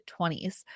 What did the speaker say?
20s